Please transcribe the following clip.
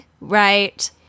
right